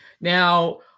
Now